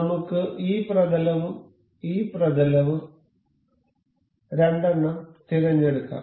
നമുക്ക് ഈ പ്രതലവും ഈ പ്രതലവും രണ്ടെണ്ണം തിരഞ്ഞെടുക്കാം